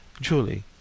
Julie